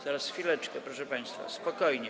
Zaraz, chwileczkę, proszę państwa, spokojnie.